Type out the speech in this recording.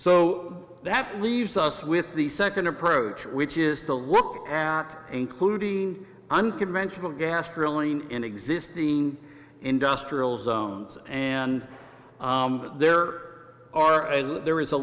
so that leaves us with the second approach which is to look at including unconventional gas drilling in existing industrial zones and there are there is a